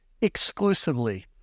exclusively